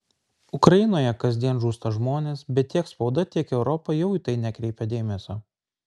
ukrainoje kasdien žūsta žmonės bet tiek spauda tiek europa jau į tai nekreipia dėmesio